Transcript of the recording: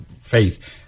faith